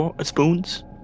Spoons